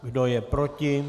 Kdo je proti?